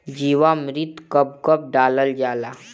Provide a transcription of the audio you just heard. जीवामृत कब कब डालल जाला?